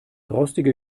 rostige